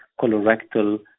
colorectal